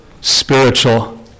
spiritual